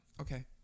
Okay